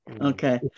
Okay